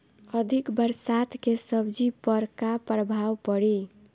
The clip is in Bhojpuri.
अधिक बरसात के सब्जी पर का प्रभाव पड़ी?